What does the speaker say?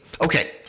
Okay